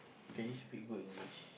can you speak good English